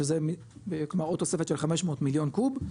שזה כלומר עוד תוספת של 500 מיליון קוב,